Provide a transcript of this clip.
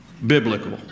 Biblical